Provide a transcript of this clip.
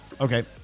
Okay